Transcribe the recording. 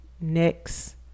Next